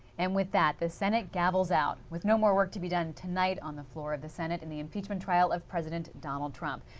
and with that the senate gavels out with no more work to be done tonight on the floor of the senate in the impeachment trial of president donald trump.